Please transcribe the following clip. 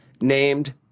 named